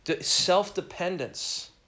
self-dependence